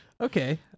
Okay